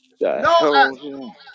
no